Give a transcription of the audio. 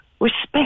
respect